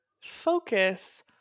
focus